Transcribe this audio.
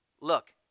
Look